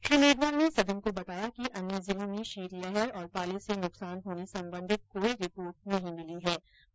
श्री मेघवाल ने सदन को बताया कि अन्य जिलों में शीतलहर तथा पाले से नुकसान होने संबंधित कोई रिपोर्ट प्राप्त नहीं हई है